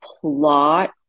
plot